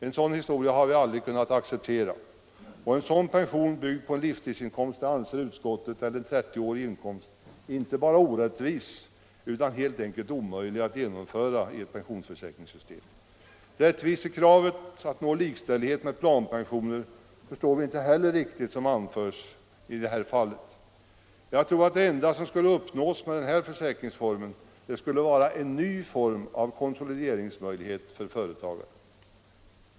En sådan historia har vi aldrig kunnat acceptera, och en pension av detta slag, byggd på en livstidsinkomst eller 30-årig inkomst, anser utskottet inte bara orättvis utan helt enkelt omöjlig att genomföra i ett pensionsförsäkringssystem. Rättvisekravet att nå likställighet med planpensioner förstår vi inte heller riktigt i detta fall. Jag tror att det enda som skulle uppnås med den här försäkringsformen vore en ny form av konsolideringsmöjlighet för företagare.